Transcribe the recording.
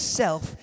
self